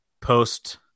post